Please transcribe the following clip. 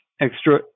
extra